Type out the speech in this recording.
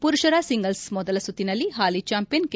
ಪುರುಷರ ಸಿಂಗಲ್ಪ್ ಮೊದಲ ಸುತ್ತಿನಲ್ಲಿ ಹಾಲಿ ಚಾಂಪಿಯನ್ ಕೆ